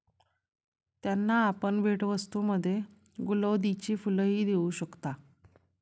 त्यांना आपण भेटवस्तूंमध्ये गुलौदीची फुलंही देऊ शकता